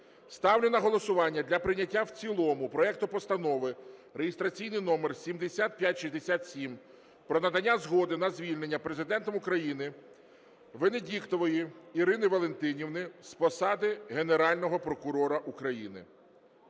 ставлю на голосування для прийняття в цілому проекту Постанови (реєстраційний номер 7567) про надання згоди на звільнення Президентом України Венедіктової Ірини Валентинівни з посади Генерального прокурора України.